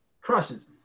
crushes